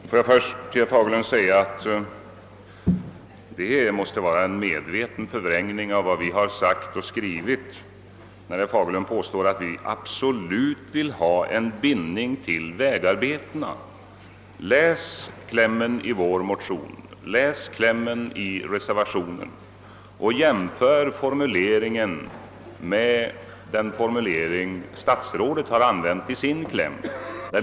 Herr talman! Får jag först till herr Fagerlund säga att det måste vara en medveten förvrängning av vad vi har sagt och skrivit när herr Fagerlund påstår, att vi absolut vill ha en bindning till vägarbetena. Läs klämmen i vår motion, läs klämmen i reservationen och jämför formuleringen med den formulering statsrådet har använt i sin kläm!